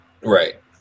Right